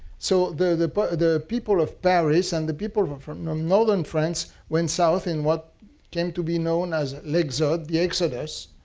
so the but the people of paris and the people um from northern france went south in what came to be known as le exod, the exodus.